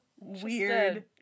weird